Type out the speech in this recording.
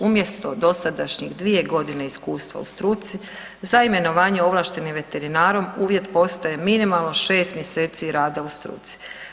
Umjesto dosadašnjih 2 godine u struci, za imenovanje ovlaštenim veterinarom, uvjet postaje minimalno 6 mjeseci rada u struci.